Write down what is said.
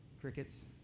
Crickets